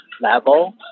level